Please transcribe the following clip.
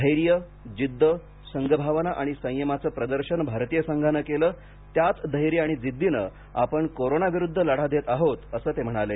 धैर्य जिद्द संघभावना आणि संयमाचं प्रदर्शन भारतीय संघानं केलं त्याच धैर्य आणि जिद्दीनं आपण कोरोनाविरुद्ध लढा देत आहोत असं ते म्हणाले